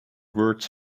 words